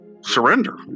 surrender